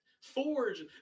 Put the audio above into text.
forge